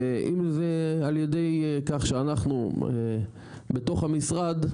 ואם זה על ידי כך שאנחנו, מתוך המשרד,